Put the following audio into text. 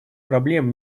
проблем